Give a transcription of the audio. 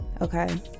okay